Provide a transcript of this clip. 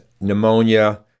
pneumonia